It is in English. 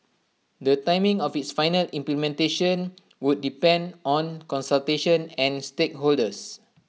the timing of its final implementation would depend on consultation and stakeholders